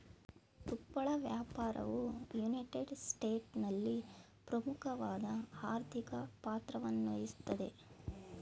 ತುಪ್ಪಳ ವ್ಯಾಪಾರವು ಯುನೈಟೆಡ್ ಸ್ಟೇಟ್ಸ್ನಲ್ಲಿ ಪ್ರಮುಖವಾದ ಆರ್ಥಿಕ ಪಾತ್ರವನ್ನುವಹಿಸ್ತದೆ